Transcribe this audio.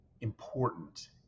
important